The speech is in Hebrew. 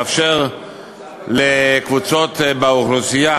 לאפשר לקבוצות באוכלוסייה